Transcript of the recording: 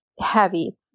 heavy